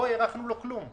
לא הארכנו לו כלום.